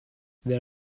there